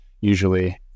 Usually